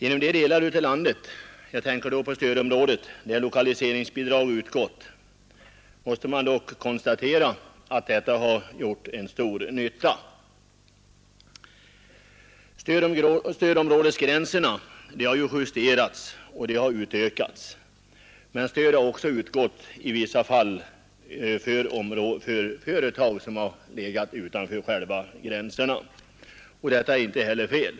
Inom de delar av landet där lokaliseringsbidrag utgått kan man dock konstatera att bidragen har gjort stor nytta. Stödområdesgränserna har också justerats, och stöd har i vissa fall utgått även till företag som har legat utanför gränserna. Detta har inte varit fel.